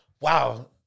Wow